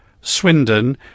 Swindon